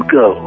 go